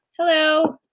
Hello